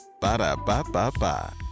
Ba-da-ba-ba-ba